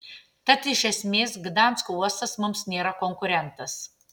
tad iš esmės gdansko uostas mums nėra konkurentas